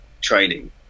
training